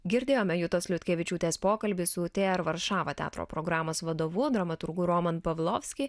girdėjome jutos liutkevičiūtės pokalbį su tė er varšava teatro programos vadovu dramaturgu roman pavlovski